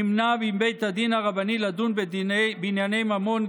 נמנע מבית הדין הרבני לדון בענייני ממון,